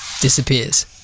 disappears